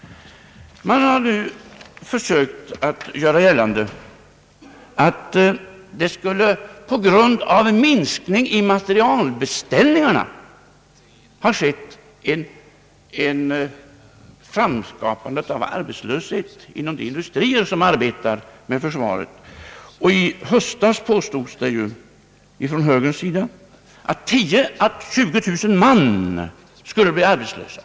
Man har nu försökt göra gällande att det på grund av en minskning i materielbeställningarna skulle ha uppstått arbetslöshet inom de industrier, som arbetar för försvaret. I höstas påstod högern, att 10 000 å 20 000 man skulle bli arbetslösa.